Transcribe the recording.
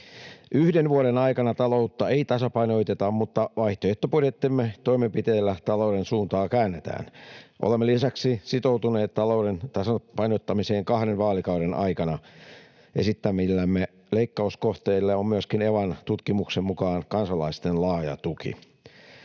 Yhden vuoden aikana taloutta ei tasapainoteta, mutta vaihtoehtobudjettimme toimenpiteillä talouden suuntaa käännetään. Olemme lisäksi sitoutuneet talouden tasapainottamiseen kahden vaalikauden aikana. Esittämillämme leikkauskohteilla on myöskin Evan tutkimuksen mukaan kansalaisten laaja tuki.